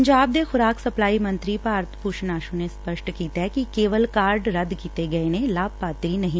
ਪੰਜਾਬ ਦੇ ਖੁਰਾਕ ਸਪਲਾਈ ਮੰਤਰੀ ਭਾਰਤ ਭੁਸ਼ਨ ਆਸੁ ਨੇ ਸਪਸਟ ਕੀਤੈ ਕਿ ਕੇਵਲ ਕਾਰਡ ਰੱਦ ਕੀਤੇ ਗਏ ਹਨ ਲਾਭਪਾਤਰੀ ਨਹੀ